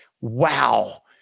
wow